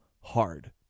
hard